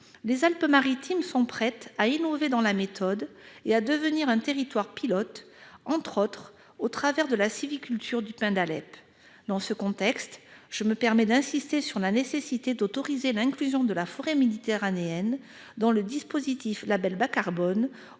Les Alpes-Maritimes sont prêtes à innover dans la méthode et à devenir un territoire pilote, entre autres avec la sylviculture du pin d'Alep. Dans ce contexte, je me permets d'insister sur la nécessité d'autoriser l'inclusion de la forêt méditerranéenne dans le dispositif label Bas-carbone